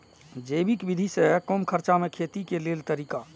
जैविक विधि से कम खर्चा में खेती के लेल तरीका?